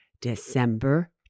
December